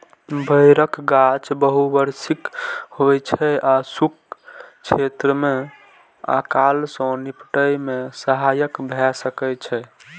बेरक गाछ बहुवार्षिक होइ छै आ शुष्क क्षेत्र मे अकाल सं निपटै मे सहायक भए सकै छै